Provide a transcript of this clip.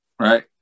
right